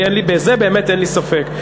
בזה באמת אין לי ספק,